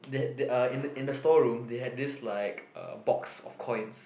they had uh in the in the storeroom they had this like uh box of coins